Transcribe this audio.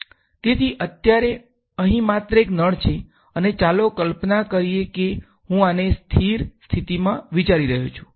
તેથી અત્યારે અહીં માત્ર એક જ નળ છે અને ચાલો કલ્પના કરીએ કે હું આને સ્થિર સ્થિતિમાં વિચારી રહ્યો છું